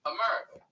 America